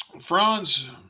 Franz